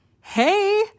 Hey